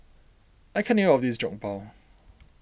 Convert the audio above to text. I can't eat all of this Jokbal